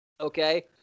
okay